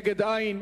נגד, אין,